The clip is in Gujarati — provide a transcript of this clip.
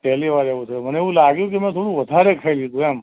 પહેલી વાર એવું થયું મને એવું લાગ્યું કે મેં થોડું વધારે ખાઈ લીધું એમ